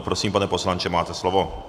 Prosím, pane poslanče, máte slovo.